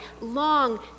long